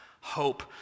hope